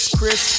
Chris